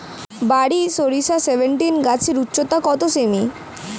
বারি সরিষা সেভেনটিন গাছের উচ্চতা কত সেমি?